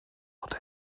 wurde